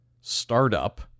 startup